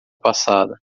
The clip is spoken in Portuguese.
passada